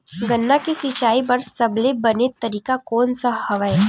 गन्ना के सिंचाई बर सबले बने तरीका कोन से हवय?